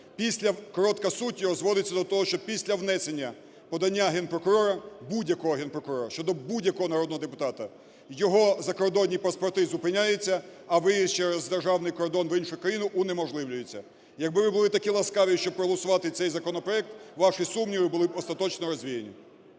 Коротка суть його зводиться до того, що після внесення подання Генпрокурора, будь-якого Генпрокурора, щодо будь-якого народного депутата його закордонні паспорти зупиняються, а виїзд через державний кордон в іншу країну унеможливлюються. Якби ви були такі ласкаві, щоб проголосувати цей законопроект, ваші сумніви були б остаточно розвіяні.